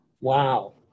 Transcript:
wow